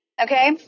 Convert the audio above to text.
okay